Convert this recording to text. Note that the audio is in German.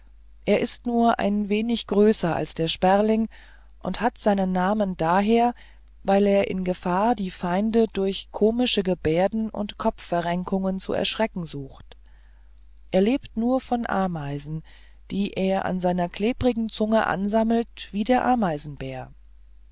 er ist nur ein wenig größer als der sperling und hat seinen namen daher weil er in gefahr die feinde durch komische gebärden und kopfverrenkungen zu schrecken sucht er lebt nur von ameisen die er an seiner klebrigen zunge ansammelt wie der ameisenbär